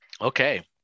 Okay